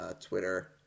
Twitter